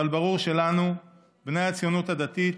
אבל ברור שלנו, בני הציונות הדתית,